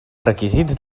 requisits